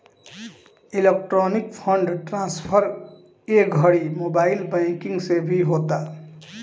electronic fund transfer ए घड़ी mobile banking से भी होता